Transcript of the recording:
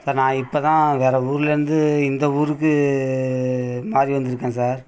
இப்போ நான் இப்போ தான் வேறு ஊர்லேருந்து இந்த ஊருக்கு மாறி வந்திருக்கேன் சார்